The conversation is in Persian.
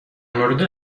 مورد